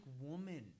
woman